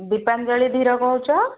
ଦୀପାଞ୍ଜଳି ଧୀର କହୁଛ